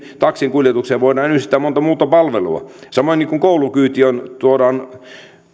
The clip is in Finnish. kuljetukseen voidaan yhdistää monta muuta palvelua samoin niin kuin koulukyydissä kun tuodaan